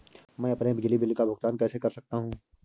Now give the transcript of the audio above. मैं अपने बिजली बिल का भुगतान कैसे कर सकता हूँ?